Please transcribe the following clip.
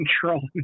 control